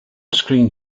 screen